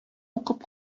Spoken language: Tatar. укып